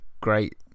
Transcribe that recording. great